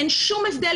אין שום הבדל.